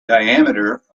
diameter